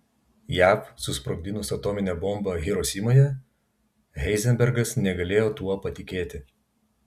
jav susprogdinus atominę bombą hirosimoje heizenbergas negalėjo tuo patikėti